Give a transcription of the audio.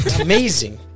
Amazing